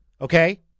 okay